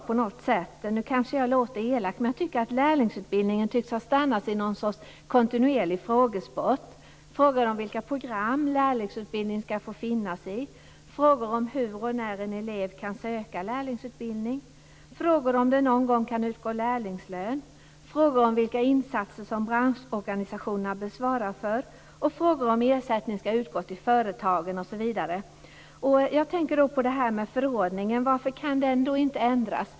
Det kanske låter elakt, men lärlingsutbildningen tycks ha stannat i en kontinuerlig frågesport: frågor om vilka program lärlingsutbildning skall få finnas i, frågor om hur och när en elev kan söka lärlingsutbildning, frågor om det någon gång kan utgå lärlingslön, frågor om vilka insatser branschorganisationerna bör svara för och frågor om ersättning skall utgå till företagen osv. Varför kan förordningen inte ändras?